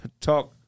Talk